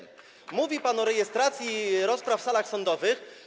Mówi pan o rejestracji rozpraw w salach sądowych.